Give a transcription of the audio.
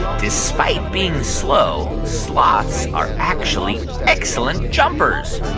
despite being slow, sloths are actually excellent jumpers?